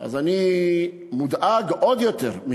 אני מודאג מכך עוד יותר.